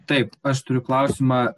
taip aš turiu klausimą